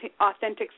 authentic